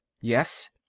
yes